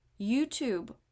YouTube